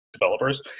developers